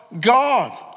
God